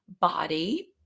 body